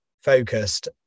focused